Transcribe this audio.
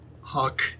hawk